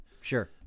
Sure